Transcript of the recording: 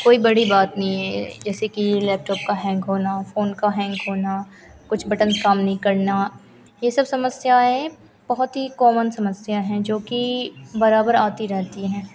कोई बड़ी बात नहीं है जैसे कि यह लैपटॉप का हैन्ग होना फ़ोन का हैन्ग होना कुछ बटन काम नहीं करना यह सब समस्याएँ बहुत ही कॉमन समस्या हैं जोकि बराबर आती रहती हैं